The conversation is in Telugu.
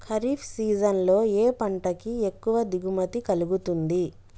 ఖరీఫ్ సీజన్ లో ఏ పంట కి ఎక్కువ దిగుమతి కలుగుతుంది?